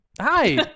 hi